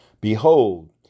Behold